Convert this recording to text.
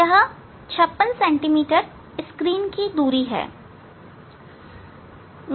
यह 56 cm screen दूरी है स्क्रीन दूरी है 56